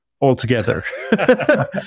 altogether